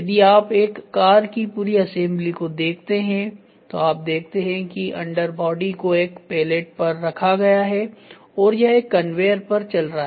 यदि आप एक कार की पूरी असेंबली को देखते हैं तो आप देखते हैं कि अंडर बॉडी को एक पैलेट पर रखा गया है और यह एक कन्वेयर पर चल रहा है